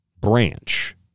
branch